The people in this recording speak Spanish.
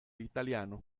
italiano